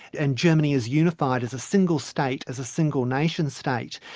and germany is unified as a single state, as a single nation-state.